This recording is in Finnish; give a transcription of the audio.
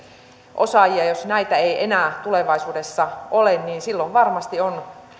osaajia jos näitä ei enää tulevaisuudessa ole niin silloin varmasti on